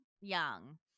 Young